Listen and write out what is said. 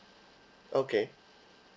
okay